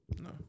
no